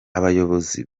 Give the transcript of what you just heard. abayobozi